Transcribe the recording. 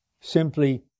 simply